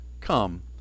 come